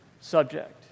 subject